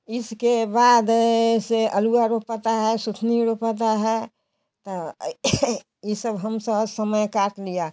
इसके बाद से अलवा रोपाता है सूचनी रोपाता है इ सब हम सहस समय काट लिया